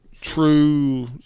true